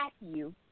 Matthew